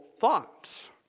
thoughts